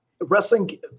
Wrestling